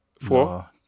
Four